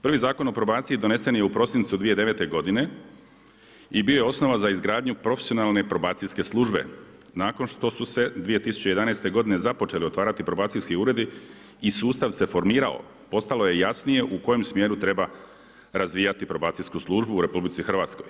Prvi Zakon o probaciji donesen je u prosincu 2009. godine i bio je osnova za izgradnju profesionalne probacijske službe nakon što su se 2011. godine započele otvarati probacijski uredi i sustav se formirao postalo je jasnije u kojem smjeru treba razvijati probacijsku službu u RH.